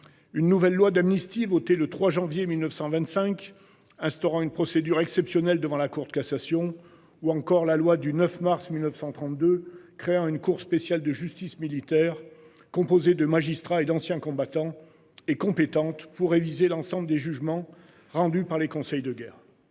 Une nouvelle loi d'amnistie votée le 3 janvier 1925, instaurant une procédure exceptionnelle devant la Cour de cassation ou encore la loi du 9 mars 1932 créant une cour spéciale de justice militaire composée de magistrats et d'anciens combattants et compétente pour réviser l'ensemble des jugements rendus par les conseils de guerre.